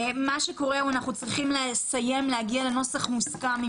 אנחנו צריכים להגיע לנוסח מוסכם עם